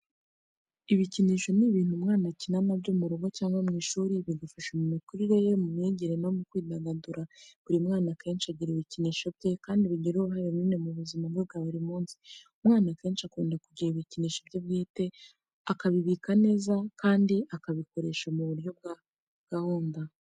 Ibikinisho ni ibintu umwana akina na byo mu rugo cyangwa mu ishuri, bigafasha mu mikurire ye, mu myigire, no mu kwidagadura. Buri mwana akenshi agira ibikinisho bye, kandi bigira uruhare runini mu buzima bwe bwa buri munsi. Umwana akenshi akunda kugira ibikinisho bye bwite, akabibika neza kandi akabikoresha mu buryo bwa gahunda.